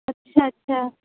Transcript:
اچھا اچھا